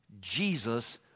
Jesus